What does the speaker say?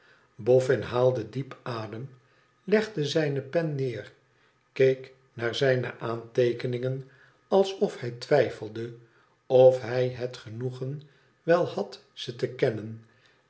bofen haalde diep adem legde zijne pen neer keek naar zijne aantee keningen alsof hij twijfelde of hij het genoegen wel had ze te kennen